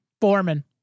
foreman